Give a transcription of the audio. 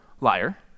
liar